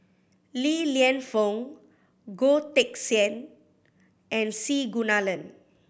Li Lienfung Goh Teck Sian and C Kunalan